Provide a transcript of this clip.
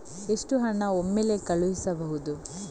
ಎಷ್ಟು ಹಣ ಒಮ್ಮೆಲೇ ಕಳುಹಿಸಬಹುದು?